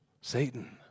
Satan